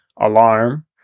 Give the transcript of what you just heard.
alarm